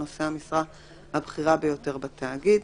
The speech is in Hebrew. נושא המשרה הבכירה ביותר בתאגיד,